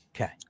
Okay